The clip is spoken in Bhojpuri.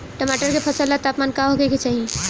टमाटर के फसल ला तापमान का होखे के चाही?